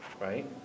right